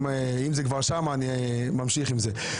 אם זה כבר שם, אני ממשיך עם זה.